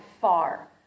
far